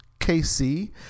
KC